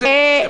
מה ההבדל?